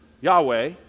Yahweh